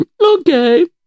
Okay